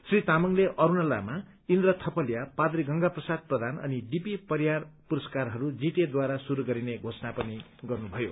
श्री तामाङले अस्रणा लामा इन्द्र थपलिया पाद्री गंगाप्रसाद प्रधान अनि डीपी परियार पुरुस्कारहरू जीटीएद्वारा शुरू गरिने घोषणा पनि गर्नुभयो